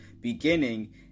beginning